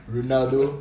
Ronaldo